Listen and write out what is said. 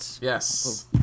Yes